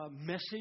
message